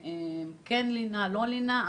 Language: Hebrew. לינה או לא לינה.